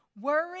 Worry